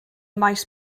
maes